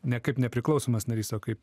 ne kaip nepriklausomas narys o kaip